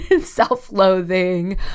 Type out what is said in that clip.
self-loathing